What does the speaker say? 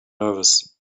nervous